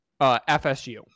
FSU